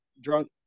drunk